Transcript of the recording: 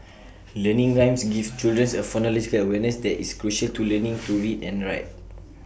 learning rhymes gives children A phonological awareness that is crucial to learning to read and write